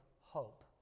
hope